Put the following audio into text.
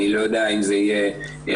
אני לא יודע אם זה יהיה 50,